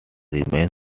remains